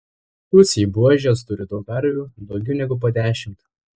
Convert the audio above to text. tutsiai buožės turi daug karvių daugiau negu po dešimt